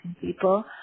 people